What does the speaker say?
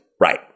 Right